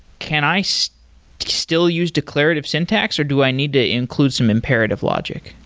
can i so still use declarative syntax, or do i need to include some imperative logic?